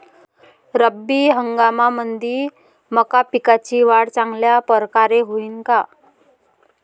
रब्बी हंगामामंदी मका पिकाची वाढ चांगल्या परकारे होईन का?